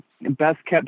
best-kept